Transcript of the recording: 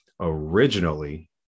originally